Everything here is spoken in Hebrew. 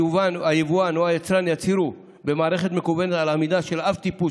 היבואן או היצרן יצהירו במערכת מקוונת על עמידה של אב-הטיפוס